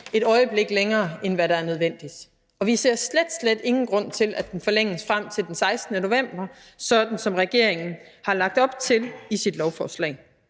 et øjeblik længere, end hvad der er nødvendigt, og vi ser slet, slet ingen grund til, at den forlænges frem til den 16. november, sådan som regeringen har lagt op til i sit lovforslag.